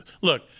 Look